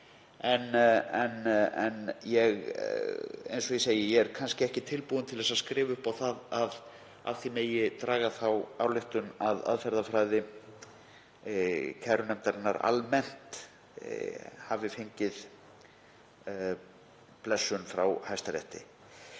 En eins og ég segi er ég kannski ekki tilbúinn til að skrifa upp á það að af því megi draga þá ályktun að aðferðafræði kærunefndarinnar almennt hafi fengið blessun frá Hæstarétti.